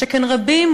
שכן רבים,